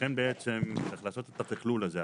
לכן צריך לעשות את התכלול הזה,